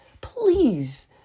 please